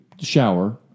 shower